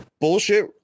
bullshit